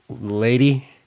lady